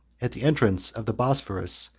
at the entrance of the bosphorus,